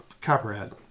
Copperhead